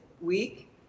week